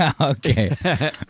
Okay